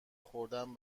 خوردن